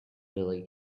really